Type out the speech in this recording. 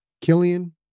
Killian